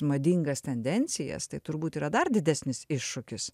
madingas tendencijas tai turbūt yra dar didesnis iššūkis